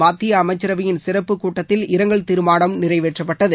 மத்திய அமைச்சவையின் சிறப்புக் கூட்டத்தில் இரங்கல் தீர்மானம் நிறைவேற்றப்பட்டது